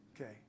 Okay